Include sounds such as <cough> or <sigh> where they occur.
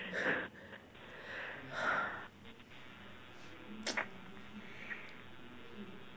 <noise>